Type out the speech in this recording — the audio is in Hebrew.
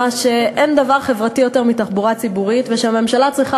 שאין דבר חברתי יותר מתחבורה ציבורית ושהממשלה צריכה